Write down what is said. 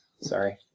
Sorry